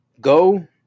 Go